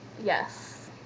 Yes